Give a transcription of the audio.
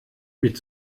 mit